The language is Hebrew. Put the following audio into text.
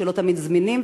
שלא תמיד זמינים,